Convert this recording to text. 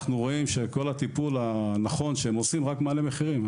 אנחנו רואים שכל הטיפול הנכון שהם עושים זה רק מעלה מחירים.